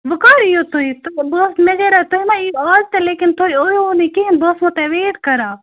وۄنۍ کَر یِیو تُہۍ تہٕ بہٕ ٲسٕس مےٚ گٔے راے تُہۍ ما یِیو آز تہٕ لیکن تُہۍ ٲیوٕ نہٕ کِہیٖنۍ بہٕ ٲسسَو تۄہہِ ویٹ کران